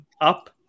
up